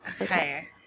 Okay